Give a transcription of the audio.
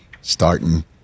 Starting